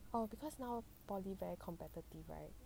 oh because now poly very competitive right